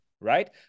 Right